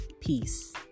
peace